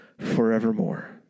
forevermore